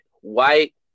white